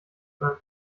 sein